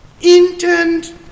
intent